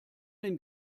den